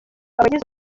abagize